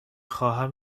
خواهم